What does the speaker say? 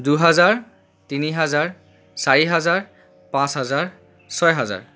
দুহাজাৰ তিনি হাজাৰ চাৰি হাজাৰ পাঁচ হাজাৰ ছয় হাজাৰ